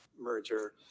merger